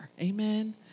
Amen